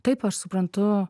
taip aš suprantu